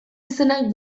izenak